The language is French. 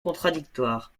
contradictoire